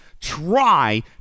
try